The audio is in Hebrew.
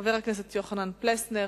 חבר הכנסת יוחנן פלסנר,